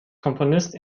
komponist